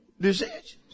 decisions